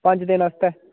पंज दिन आस्तै